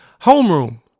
homeroom